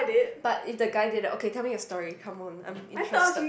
but if they guy didn't okay tell me you story come on I am interested